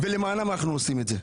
ולמענו אנחנו עושים את זה.